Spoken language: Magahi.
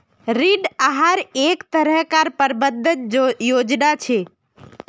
ऋण आहार एक तरह कार प्रबंधन योजना छे